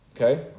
Okay